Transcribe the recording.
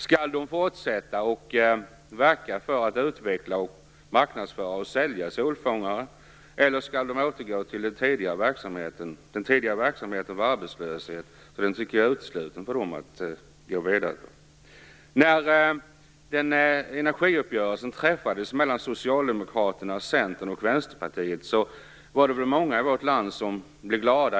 Skall man fortsätta att verka för, utveckla, marknadsföra och sälja solfångare eller skall man återgå till den tidigare verksamheten, dvs. att vara arbetslös? När energiuppgörelsen träffades mellan Socialdemokraterna, Vänsterpartiet och Centern var det många i vårt land som blev glada.